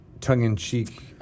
tongue-in-cheek